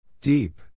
Deep